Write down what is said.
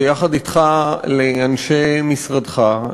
ויחד אתך לאנשי משרדך,